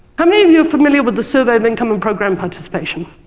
how many of you familiar with the survey of income and program participation?